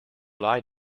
lie